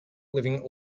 living